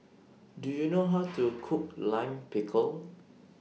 Do YOU know How to Cook Lime Pickle